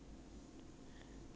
不会死的啦